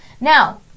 Now